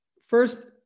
first